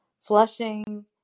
Flushing